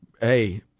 Hey